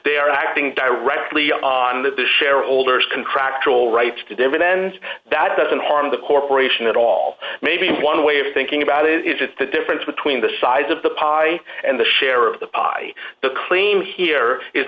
they are acting directly on the shareholders contractual rights to dividends that doesn't harm the corporation at all maybe one way of thinking about it is just a different between the size of the pie and the share of the pie the claim here is